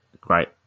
Great